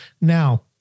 Now